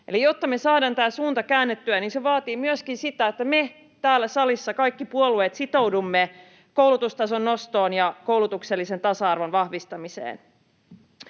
jotta me saadaan tämä suunta käännettyä, niin se vaatii myöskin sitä, että me täällä salissa, kaikki puolueet, sitoudumme koulutustason nostoon ja koulutuksellisen tasa-arvon vahvistamiseen.